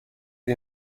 این